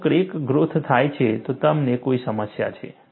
જો crack growth થાય છે તો તમને કોઈ સમસ્યા છે